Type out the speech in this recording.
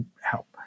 help